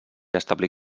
establir